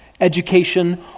education